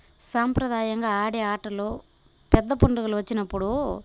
సాంప్రదాయంగా ఆడే ఆటలో పెద్ద పండుగలు వచ్చినప్పుడూ